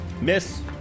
Miss